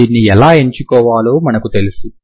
దీన్ని ఎలా ఎంచుకోవాలో మనకు తెలుసు